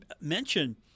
mention